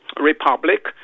republic